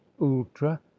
ultra